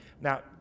now